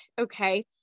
okay